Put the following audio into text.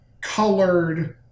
colored